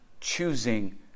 choosing